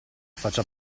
faccia